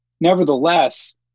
Nevertheless